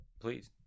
please